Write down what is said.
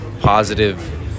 positive